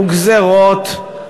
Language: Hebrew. וגזירות,